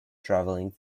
traveling